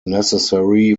necessary